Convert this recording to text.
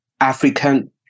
African